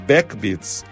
Backbeats